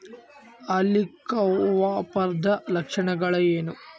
ಹೆಲಿಕೋವರ್ಪದ ಲಕ್ಷಣಗಳೇನು?